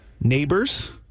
neighbors